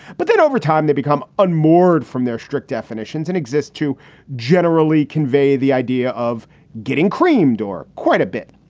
but then over time, they become unmoored from their strict definitions and exist to generally convey the idea of getting creamed or quite a bit.